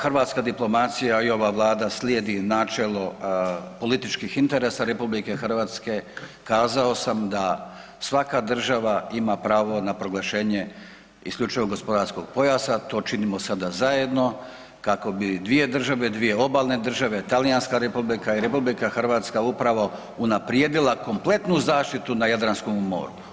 Hrvatska diplomacija i ova Vlada slijedi načelo političkih interesa RH, kazao sam da svaka država ima pravo na proglašenje isključivog gospodarskog pojasa, to činimo sada zajedno kako bi dvije države, dvije obalne države, Talijanska Republika i RH upravo unaprijedila kompletnu zaštitu na Jadranskom moru.